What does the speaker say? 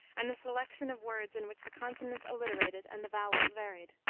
and the selection of words in which the consonants alliterated and the vowels varied.